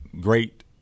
great